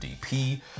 DP